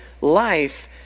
life